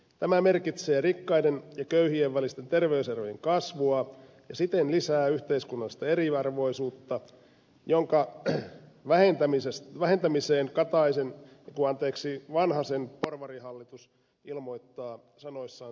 tämä merkitsee rikkaiden ja köyhien välisten terveyserojen kasvua ja siten lisää yhteiskunnallista eriarvoisuutta jonka vähentämiseen vanhasen porvarihallitus ilmoittaa sanoissaan sitoutuneensa